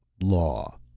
law,